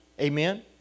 amen